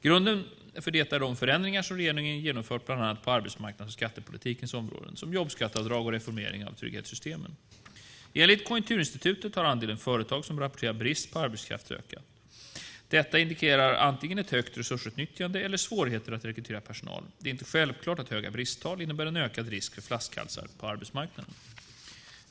Grunden för det är de förändringar som regeringen genomfört på bland annat arbetsmarknads och skattepolitikens områden, till exempel jobbskatteavdraget och reformeringen av trygghetssystemen. Enligt Konjunkturinstitutet har andelen företag som rapporterar brist på arbetskraft ökat. Detta indikerar antingen ett högt resursutnyttjande eller svårigheter att rekrytera personal. Det är inte självklart att höga bristtal innebär en ökad risk för flaskhalsar på arbetsmarknaden.